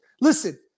listen